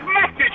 message